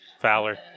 Fowler